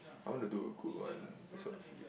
I want to do a good one that's what I feel